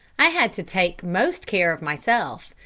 i had to take most care of myself.